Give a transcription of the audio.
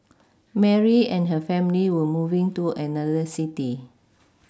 Mary and her family were moving to another city